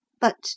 But